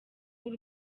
w’u